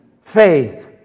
Faith